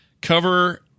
cover